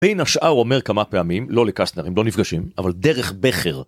בין השאר הוא אומר כמה פעמים, לא לקסטנר, הם לא נפגשים, אבל דרך בכר.